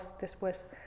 después